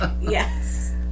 Yes